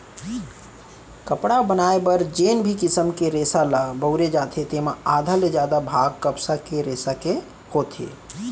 कपड़ा बनाए बर जेन भी किसम के रेसा ल बउरे जाथे तेमा आधा ले जादा भाग कपसा के रेसा के होथे